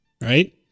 Right